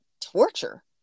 torture